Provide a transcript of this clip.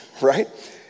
right